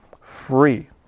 free